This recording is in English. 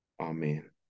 Amen